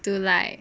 to like